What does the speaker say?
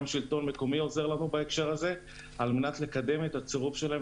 גם השלטון המקומי עוזר לנו על מנת לקדם את הצירוף שלהם